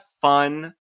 fun